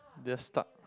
just stuck